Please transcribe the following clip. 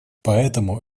поэтому